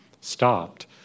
stopped